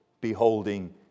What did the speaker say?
beholding